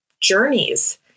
journeys